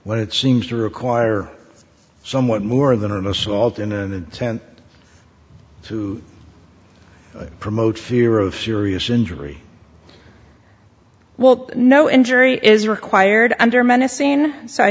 when it seems to require somewhat more than an assault in the stand promote fear of serious injury well no injury is required